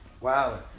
Wow